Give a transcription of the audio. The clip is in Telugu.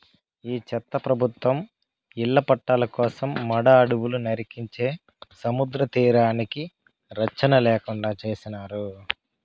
ఈ చెత్త ప్రభుత్వం ఇళ్ల పట్టాల కోసం మడ అడవులు నరికించే సముద్రతీరానికి రచ్చన లేకుండా చేసినారు